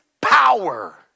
power